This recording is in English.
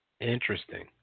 Interesting